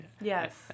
yes